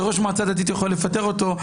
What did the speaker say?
כשראש מועצה דתית יכול לפטר אותו.